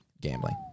gambling